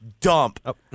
dump